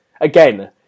again